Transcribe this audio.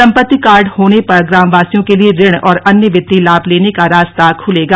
संपत्ति कार्ड होने पर ग्रामवासियों को लिए ऋण और अन्य वित्तीय लाभ लेने का रास्ता खलेगा